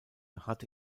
hatte